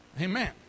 Amen